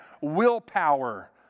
willpower